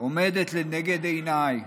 עומדת לנגד עיניי.